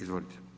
Izvolite.